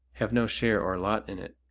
have no share or lot in it.